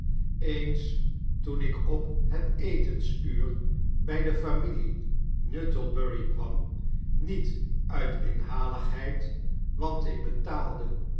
eens toen ik op het etensuur by de familie nuttlebury kwam niet uit inhaligheid want ik betaalde